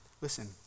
Listen